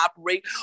operate